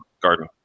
garden